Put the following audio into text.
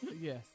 Yes